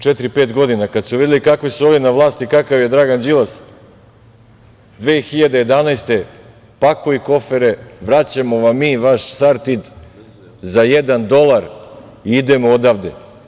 Četiri ili pet godina i kada su videli kakvi su ovi na vlasti, kakav je Dragan Đilas, 2011. godine pakuj kofere, vraćamo vam mi vaš Sartid za jedan dolar i idemo odavde.